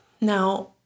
Now